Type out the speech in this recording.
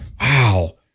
Wow